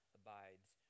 abides